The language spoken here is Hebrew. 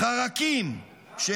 חרקים -- למה אתה אומר את זה?